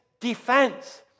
defense